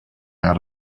out